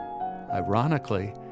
Ironically